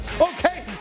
okay